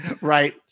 Right